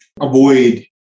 avoid